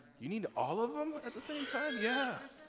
you need all of them at the same time? yeah,